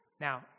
Now